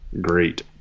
great